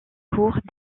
cours